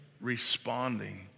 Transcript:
responding